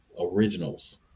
originals